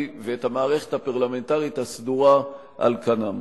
ואת המערכת הפרלמנטרית הסדורה על כנם.